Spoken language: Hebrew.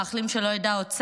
ומאחלים שלא ידע עוד צער,